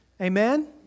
Amen